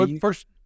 first